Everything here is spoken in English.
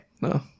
No